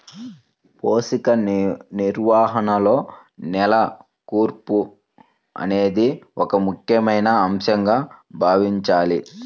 పోషక నిర్వహణలో నేల కూర్పు అనేది ఒక ముఖ్యమైన అంశంగా భావించాలి